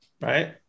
right